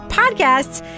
podcasts